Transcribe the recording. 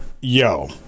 Yo